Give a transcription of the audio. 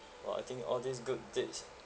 !wah! I think all these good deeds